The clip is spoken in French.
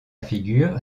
figure